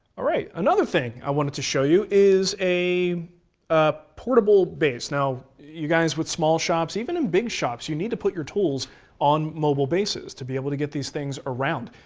all right, another thing i wanted to show you is a ah portable base. now, you guys with small shops, even in big shops, you need to put your tools on mobile bases to be able to get these things around,